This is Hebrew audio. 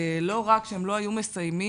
לא רק שהם לא היו מסיימים,